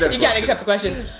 he can't accept the question.